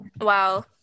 Wow